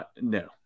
no